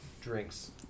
drinks